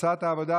קבוצת סיעת העבודה,